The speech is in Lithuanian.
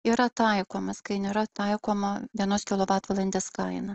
yra taikomas kai nėra taikoma vienos kilovatvalandės kaina